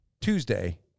Tuesday